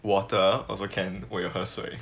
water also can 我有喝水